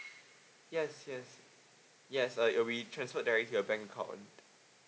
yes yes yes uh it will be transferred directly to your bank account